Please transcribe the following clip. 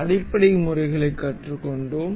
அடிப்படை முறைகளைக் கற்றுக்கொண்டோம்